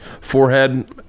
forehead